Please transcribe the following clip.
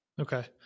Okay